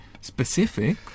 specific